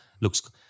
looks